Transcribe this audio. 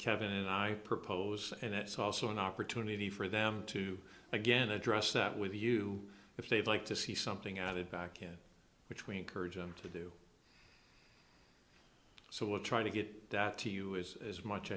kevin and i propose and that's also an opportunity for them to again address that with you if they'd like to see something added back in which we encourage them to do so we're trying to get that to you is as much